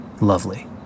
Lovely